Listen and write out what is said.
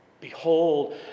Behold